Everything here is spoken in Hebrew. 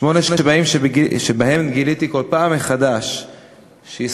שמונה שנים שבהן גיליתי כל פעם מחדש שישראל